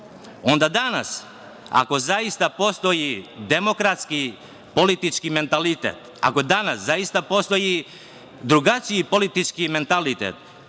Danas ako zaista postoji demokratski politički mentalitet, ako danas zaista postoji drugačiji politički mentalitet,